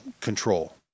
control